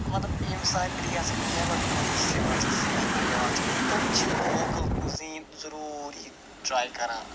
مطلب یِم سانہِ رِیاسِک نٮ۪بر ٹوٗرِسٹ یِوان چھِ سِیاح گاہ یِوان چھِ تِم چھِ لوکل کُزیٖن ضُروٗری ٹرٛاے کَران